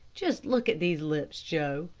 just look at these lips, joe,